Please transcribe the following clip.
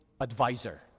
advisor